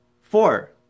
four